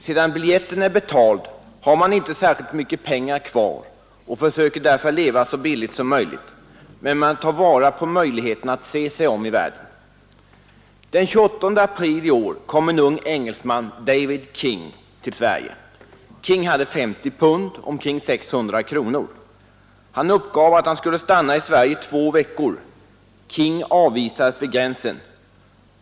Sedan biljetten är betald har man inte särskilt mycket pengar kvar och försöker därför leva så billigt som möjligt. Men man tar vara på möjligheten att se sig om i världen. Den 28 april i år kom en ung engelsman, David King, till Sverige. King hade 50 pund, dvs. omkring 600 kronor. Han uppgav att han skulle stanna i Sverige två veckor. King avvisades vid gränsen.